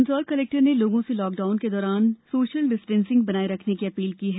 Mandsaur collector ने लोगों से लॉकडाउन के दौरान सोशल डिस्टेंसिंग बनाये रखने की अपील की है